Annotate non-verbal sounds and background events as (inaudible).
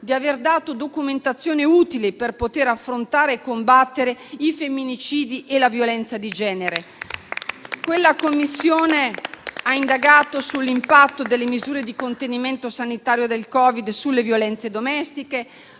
di aver dato documentazione utile per poter affrontare e combattere i femminicidi e la violenza di genere. (applause) Quella Commissione ha indagato sull'impatto delle misure di contenimento sanitario del Covid sulle violenze domestiche,